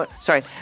Sorry